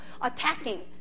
attacking